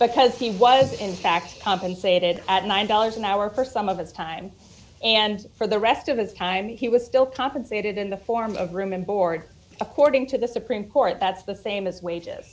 because he was in fact compensated at nine dollars an hour for some of its time and for the rest of its kind he was still compensated in the form of room and board according to the supreme court that's the same as wages